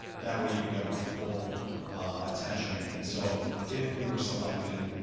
that way you get our full attention and so if we were selected,